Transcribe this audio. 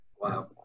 Wow